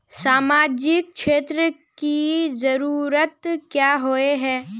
सामाजिक क्षेत्र की जरूरत क्याँ होय है?